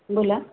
बोला